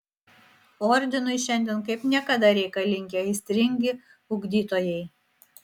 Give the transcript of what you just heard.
ordinui šiandien kaip niekada reikalingi aistringi ugdytojai